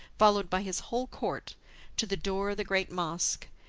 followed by his whole court to the door of the great mosque,